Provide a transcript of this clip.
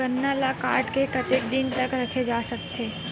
गन्ना ल काट के कतेक दिन तक रखे जा सकथे?